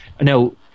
now